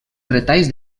retalls